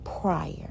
prior